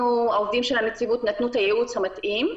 העובדים של הנציבות נתנו את הייעוץ המתאים.